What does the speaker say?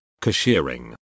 cashiering